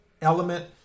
element